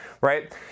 right